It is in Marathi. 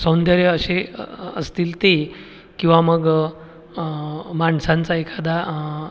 सौंदर्य असे असतील ती किंवा मग माणसांचा एखादा